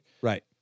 Right